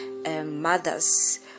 Mothers